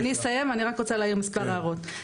אני אסיים, אני רק רוצה להעיר מספר הערות.